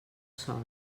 sòl